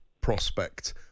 prospect